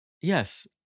Yes